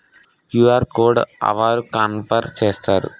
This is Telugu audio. క్యు.ఆర్ కోడ్ అవరు కన్ఫర్మ్ చేస్తారు?